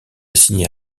assigné